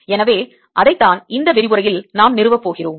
எனவே அதைத்தான் இந்த விரிவுரையில் நாம் நிறுவப் போகிறோம்